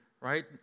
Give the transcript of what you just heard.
right